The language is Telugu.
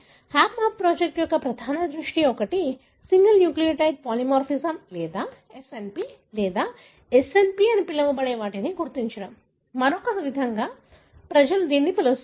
హప్ మ్యాప్ ప్రాజెక్ట్ యొక్క ప్రధాన దృష్టి ఒకటి సింగిల్ న్యూక్లియోటైడ్ పాలిమార్ఫిజం లేదా SNP లేదా SNP అని పిలవబడే వాటిని గుర్తించడం మరొక విధంగా ప్రజలు దీనిని పిలుస్తారు